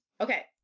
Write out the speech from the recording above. Okay